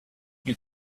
you